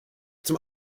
zum